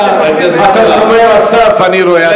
אתה שומר הסף אני רואה,